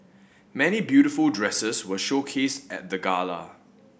many beautiful dresses were showcased at the gala